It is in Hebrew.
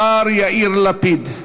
השר יאיר לפיד.